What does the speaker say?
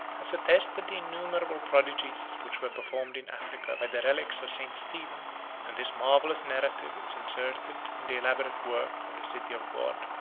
has attested the innumerable prodigies which were performed in africa by the relics of st. stephen and this marvellous narrative is inserted in the elaborate work of the city of god,